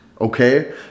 Okay